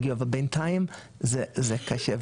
אבל בינתיים זה קשה,